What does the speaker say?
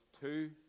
Two